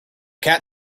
cat